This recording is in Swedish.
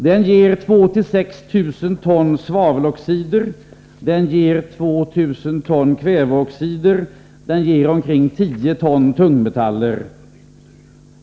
Den ger 2 000-6 000 ton svaveloxider, 2 000 ton kväveoxider och omkring 10 ton tungmetaller.